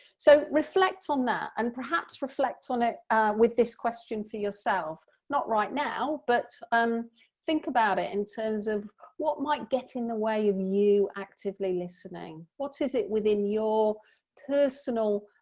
so reflect on that and perhaps reflect on it with this question for yourself, not right now, but um think about it in terms of what might get in the way of you actively listening? what is it within your personal